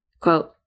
Quote